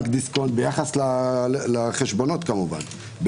ביחס לחשבונות כמובן,